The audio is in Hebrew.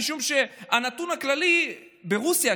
משום שהנתון הכללי ברוסיה,